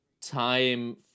time